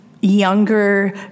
younger